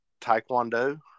taekwondo